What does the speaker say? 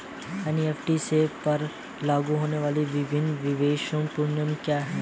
NBFC पर लागू होने वाले विभिन्न विवेकपूर्ण नियम क्या हैं?